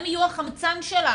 הם יהיו החמצן שלנו.